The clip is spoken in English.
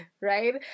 right